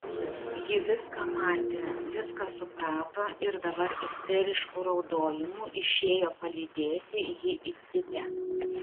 ji viską matė viską suprato ir dabar isterišku raudojimu išėjo palydėti jį į cypę